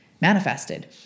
manifested